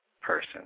person